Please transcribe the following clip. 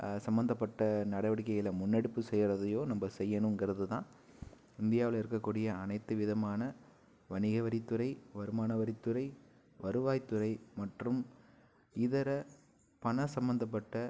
சம்மந்தப்பட்ட நடவடிக்கைகளை முன்னெடுப்பு செய்யறதையோ நம்ப செய்யணுங்கறதுதான் இந்தியாவில் இருக்கக் கூடிய அனைத்து விதமான வணிக வரித்துறை வருமான வரித்துறை வருவாய் துறை மற்றும் இதர பண சம்மந்தப்பட்ட